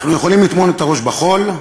אנחנו יכולים לטמון את הראש בחול,